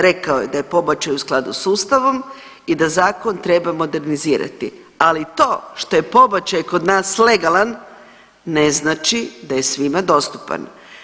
Rekao je da je pobačaj u skladu s Ustavom i da zakon treba modernizirati, ali to što je pobačaj kod nas legalan ne znači da je svima dostupan.